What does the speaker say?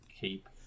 Keep